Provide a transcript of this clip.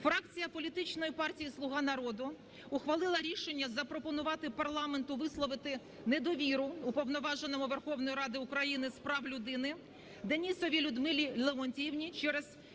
Фракція політичної партії "Слуга народу" ухвалила рішення запропонувати парламенту висловити недовіру Уповноваженому Верховної Ради України з прав людини Денісовій Людмилі Леонтіївні через чисельні